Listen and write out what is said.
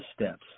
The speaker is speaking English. steps